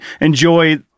enjoy